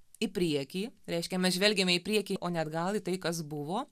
į priekį reiškia mes žvelgiame į priekį o ne atgal į tai kas buvo